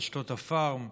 רשתות הפארם: